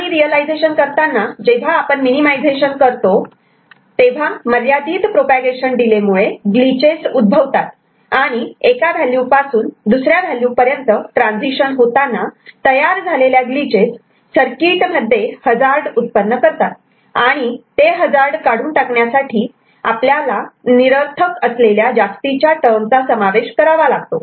आणि रियलायझेशन करताना जेव्हा आपण मिनिमिझेशन करतो तेव्हा मर्यादित प्रोपागेशन डिले मुळे ग्लिचेस उद्भवतात आणि एका व्हॅल्यू पासून दुसऱ्या व्हॅल्यू पर्यंत ट्रान्झिशन होताना तयार झालेल्या ग्लिचेस सर्किट मध्ये हजार्ड उत्पन्न करतात आणि ते हजार्ड काढून टाकण्यासाठी आपल्याला निरर्थक असलेल्या जास्तीच्या टर्म चा समावेश करावा लागतो